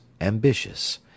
ambitious